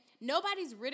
nobody's